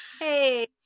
Hey